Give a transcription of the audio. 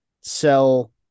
sell